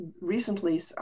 Recently